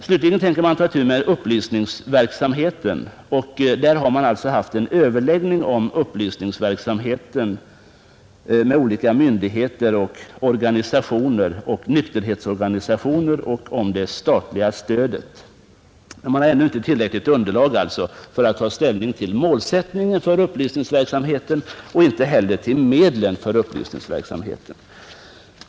Slutligen tänker man ta upp frågan om upplysningsverksamheten. Man har haft en överläggning med olika myndigheter, ungdomsorganisationer och nykterhetsorganisationer om upplysningsverksamheten och det statliga stödet till organisationerna för detta ändamål. Man har dock ännu inte tillräckligt underlag för att ta ställning till målet och medlen för upplysningsverksamheten.